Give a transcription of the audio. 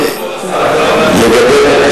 לא הבנתי,